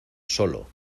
solo